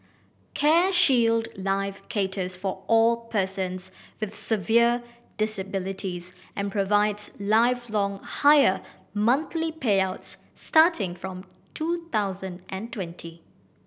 CareShield Life caters for all persons with severe disabilities and provides lifelong higher monthly payouts starting from two thousand and twenty